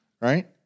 right